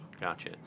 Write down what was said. gotcha